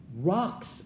rocks